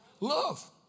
Love